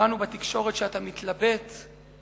קראנו בתקשורת שאתה מתלבט ומתחבט.